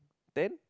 ten